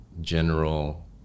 general